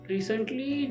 Recently